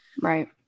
Right